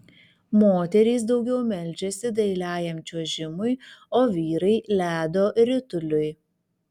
moterys daugiau meldžiasi dailiajam čiuožimui o vyrai ledo rituliui